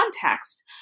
context